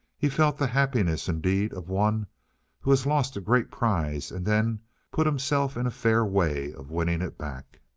he felt the happiness, indeed, of one who has lost a great prize and then put himself in a fair way of winning it back.